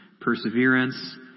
perseverance